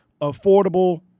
affordable